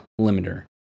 limiter